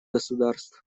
государств